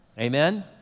Amen